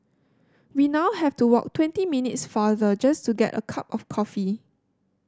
we now have to walk twenty minutes farther just to get a cup of coffee